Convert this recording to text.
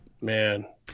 Man